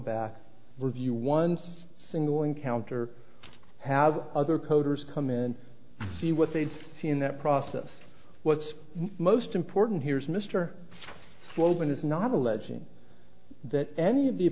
back review once single encounter have other coders come in and see what they see in that process what's most important here is mr slogan is not alleging that any of the